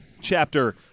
chapter